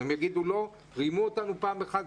הם יגידו: לא, רימו אותנו פעם אחת.